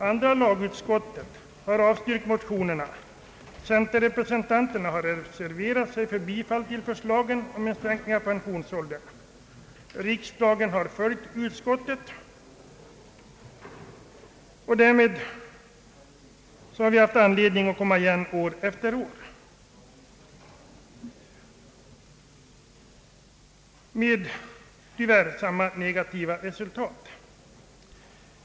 Andra lagutskottet har avstyrkt motionerna, centerrepresentanterna i utskottet har reserverat sig för bifall till förslagen om sänkning av pensionsåldern, riksdagen har följt utskottet, och därmed har vi haft anledning att komma igen år efter år med tyvärr samma negativa resultat.